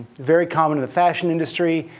very common in the fashion industry,